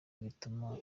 rituma